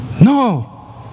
No